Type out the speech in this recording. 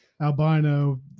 Albino